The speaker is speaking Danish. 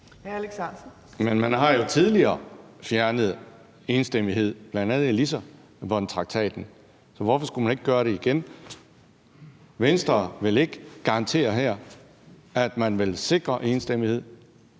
Man har jo tidligere fjernet i enstemmighed, bl.a. i Lissabontraktaten, så hvorfor skulle man ikke gøre det igen? Venstre vil ikke garantere her, at man vil sikre enstemmighed.